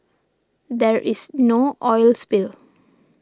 there is no oil spill